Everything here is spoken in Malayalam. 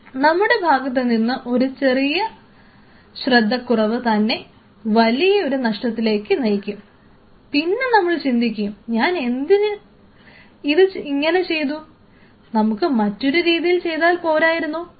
നമ്മുടെ ഭാഗത്തുനിന്ന് ഒരു ചെറിയ ശ്രദ്ധ കുറവ് തന്നെ വലിയൊരു നഷ്ടത്തിലേക്ക് നയിക്കും പിന്നെ നമ്മൾ ചിന്തിക്കും ഞാൻ എന്തിനാണ് ഇത് ഇങ്ങനെ ചെയ്തത് നമുക്ക് മറ്റൊരു രീതിയിൽ ചെയ്താൽ പോരായിരുന്നോ എന്ന്